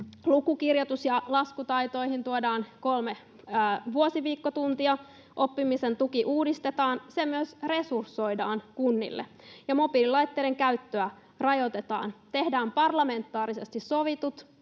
Luku-, kirjoitus- ja laskutaitoihin tuodaan kolme vuosiviikkotuntia. Oppimisen tuki uudistetaan, se myös resursoidaan kunnille, ja mobiililaitteiden käyttöä rajoitetaan. Tehdään parlamentaarisesti sovitut